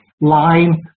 line